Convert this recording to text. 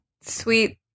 sweet